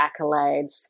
accolades